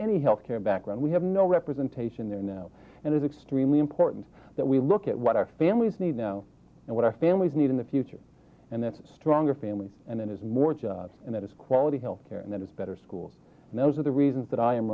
any health care background we have no representation there now and it's extremely important that we look at what our families need now and what i families need in the future and that's stronger families and that is more jobs and that is quality health care and that is better schools and those are the reasons that i am